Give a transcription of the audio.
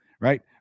Right